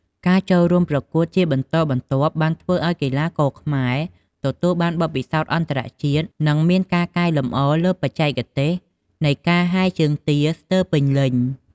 ការចូលរួមប្រកួតជាបន្តបន្ទាប់បានធ្វើឱ្យកីឡាករខ្មែរទទួលបទពិសោធន៍អន្ដរជាតិ និងមានការកែលម្អលើបច្ចេកទេសនៃការហែលជើងទាស្ទើរពេញលេញ។